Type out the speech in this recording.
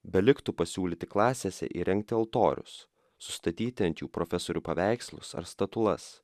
beliktų pasiūlyti klasėse įrengti altorius sustatyti ant jų profesorių paveikslus ar statulas